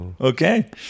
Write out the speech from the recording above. Okay